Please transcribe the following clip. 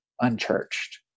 unchurched